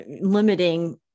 limiting